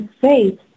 faith